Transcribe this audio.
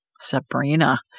Sabrina